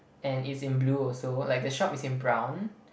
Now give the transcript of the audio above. and it's in blue also like the shop is in brown